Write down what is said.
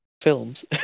films